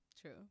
true